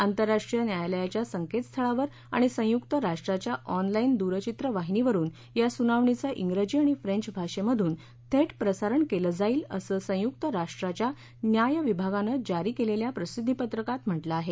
आंतरराष्ट्रीय न्यायालयाच्या संकेतस्थळावर आणि संयुक्त राष्ट्राच्या ऑनलाईन दूरचित्रवाहिनीवरुन या सुनावणीचं जिजी आणि फ्रेंच भाषेमधून थेट प्रसारण केलं जाईल असं संयुक्त राष्ट्राच्या न्याय विभागानं जारी केलेल्या प्रसिद्धीपत्रकात म्हटलं आहे